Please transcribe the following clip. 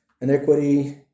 iniquity